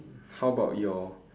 how about your